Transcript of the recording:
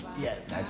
Yes